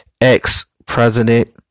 ex-president